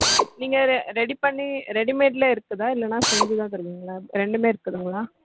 நீங்கள் ரெ ரெடி பண்ணி ரெடிமேட்டிலே இருக்குதா இல்லைன்னா செஞ்சு தான் தருவீங்களா ரெண்டுமே இருக்குதுங்களா